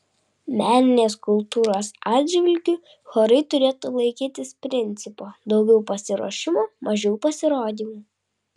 meninės kultūros atžvilgiu chorai turėtų laikytis principo daugiau pasiruošimo mažiau pasirodymų